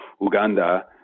Uganda